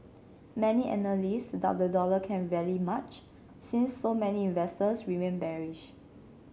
many analysts doubt the dollar can rally much since so many investors remain bearish